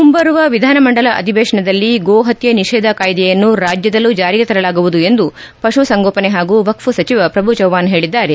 ಮುಂಬರುವ ವಿಧಾನ ಮಂಡಲ ಅಧಿವೇಶನದಲ್ಲಿ ಗೋ ಹತ್ಯೆ ನಿಷೇಧ ಕಾಯ್ದೆಯನ್ನು ರಾಜ್ಯದಲ್ಲೂ ಜಾರಿಗೆ ತರಲಾಗುವುದು ಎಂದು ಪಶುಸಂಗೋಪನೆ ವಕ್ಫ್ ಸಚಿವ ಪ್ರಭು ಚವ್ಹಾಣ್ ಹೇಳಿದ್ದಾರೆ